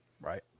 Right